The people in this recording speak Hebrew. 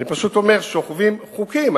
אני פשוט אומר: שוכבים חוקים.